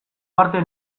parte